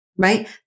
Right